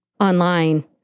online